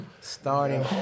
Starting